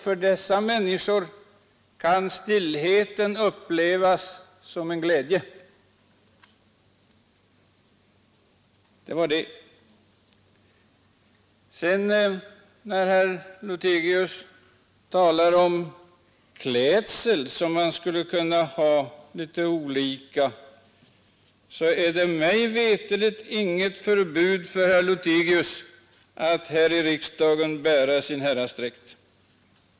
För dessa människor kan också stillheten upplevas som en glädje. Herr Lothigius talar också om att man skulle kunna variera klädseln. Mig veterligt råder det inget förbud för herr Lothigius att här i riksdagen bära sin häradsdräkt.